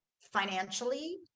financially